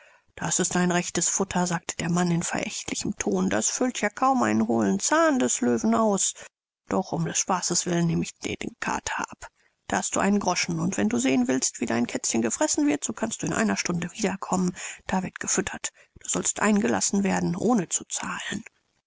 das ist ein rechtes futter sagte der mann in verächtlichem ton das füllt ja kaum einen hohlen zahn des löwen aus doch um des spaßes willen nehm ich dir den kater ab da hast du einen groschen und wenn du sehen willst wie dein kätzchen gefressen wird so kannst du in einer stunde wieder kommen da wird gefüttert du sollst eingelassen werden ohne zu zahlen